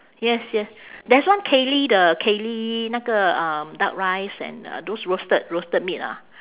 yes yes there's one kay lee the kay lee 那个 um duck rice and uh those roasted roasted meat ah